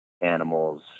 animals